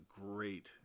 great